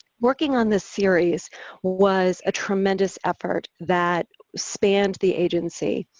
working on this series was a tremendous effort that spanned the agency.